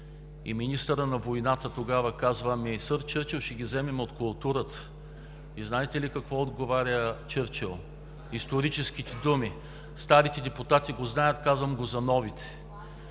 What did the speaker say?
министърът на войната тогава казва: „Ами, сър Чърчил, ще ги вземем от културата.“ Знаете ли какво отговаря Чърчил? Историческите думи – старите депутати ги знаят, казвам ги за новите.